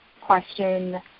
question